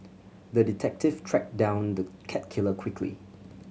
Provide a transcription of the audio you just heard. the detective tracked down the cat killer quickly